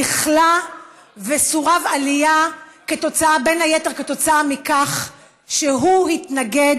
נכלא וסורב עלייה בין היתר כתוצאה מכך שהוא התנגד